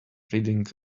reading